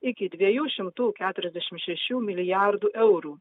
iki dviejų šimtų keturiasdešimt šešių milijardų eurų